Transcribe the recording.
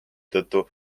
tõttu